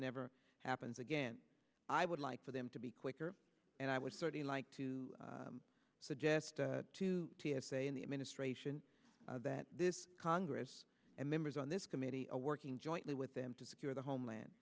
never happens again i would like for them to be quicker and i would certainly like to suggest to t s a and the administration that this congress and members on this committee a working jointly with them to secure the homeland